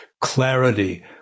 clarity